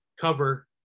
cover